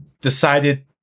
decided